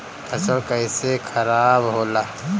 फसल कैसे खाराब होला?